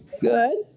Good